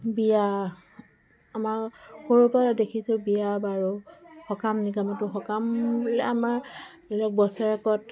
বিয়া আমাৰ সৰু পৰাই দেখিছোঁ বিয়া বাৰু সকাম নিকামতো সকাম বুলি আমাৰ ধৰি লওক বছৰেকত